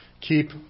Keep